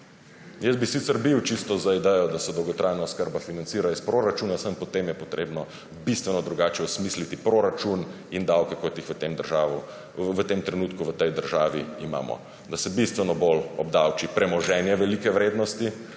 Jaz bi sicer bil za idejo, da se dolgotrajna oskrba financira iz proračuna, vendar je potem treba bistveno drugače osmisliti proračun in davke, kot jih v tem trenutku v tej državi imamo. Da se bistveno bolj obdavči premoženje velike vrednosti,